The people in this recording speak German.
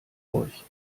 euch